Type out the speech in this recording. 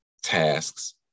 tasks